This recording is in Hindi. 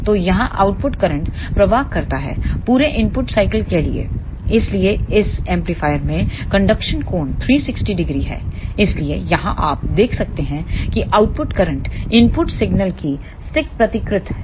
तो यहां आउटपुट करंट प्रवाह करता है पूरे इनपुट साइकिल के लिए इसलिए इस एम्पलीफायर में कंडक्शन कोण 3600 है इसलिए यहां आप देख सकते हैं कि आउटपुट करंट इनपुट सिग्नल की सटीक प्रतिकृति है